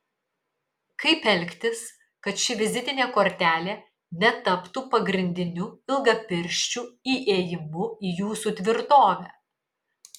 kaip elgtis kad ši vizitinė kortelė netaptų pagrindiniu ilgapirščių įėjimu į jūsų tvirtovę